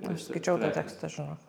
aš skaičiau tą tekstą žinok